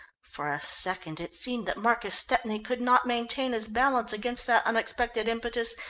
for a second it seemed that marcus stepney could not maintain his balance against that unexpected impetus,